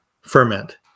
ferment